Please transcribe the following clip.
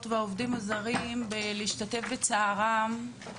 והעובדים הזרים היום בהשתתפות בצערה של